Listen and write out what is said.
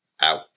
out